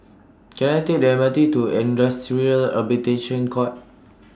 Can I Take The M R T to Industrial Arbitration Court